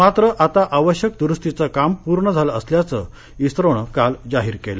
मात्र आता आवश्यक दुरूस्तीचं काम पूर्ण झालं असल्याचं इस्रोनं काल जाहीर केलं